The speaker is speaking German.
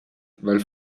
weil